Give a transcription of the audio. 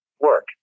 work